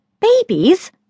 Babies